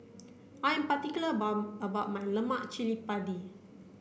I am particular about about my Lemak Cili Padi